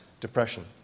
Depression